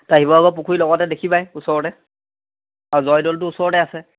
শিৱসাগৰ পুখুৰী লগতে দেখিবায়েই ওচৰতে আৰু জয়দৌলটো ওচৰতে আছে